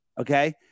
Okay